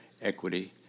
equity